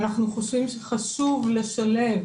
אנחנו חושבים שחשוב לשלב